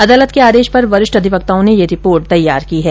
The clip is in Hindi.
अदालत के आदेश पर वरिष्ठ अधिवक्ताओं ने यह रिपोर्ट तैयार की हैं